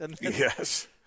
Yes